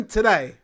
today